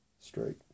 straight